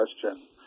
question